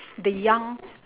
the young